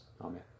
Amen